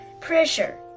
pressure